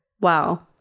Wow